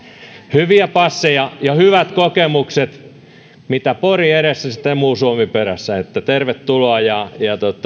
hyviä passeja ja hyvät kokemukset mitä pori edellä sitä muu suomi perässä että tervetuloa ja